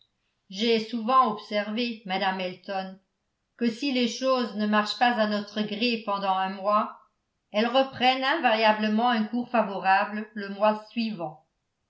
j'ai souvent observé madame elton que si les choses ne marchent pas à notre gré pendant un mois elles reprennent invariablement un cours favorable le mois suivant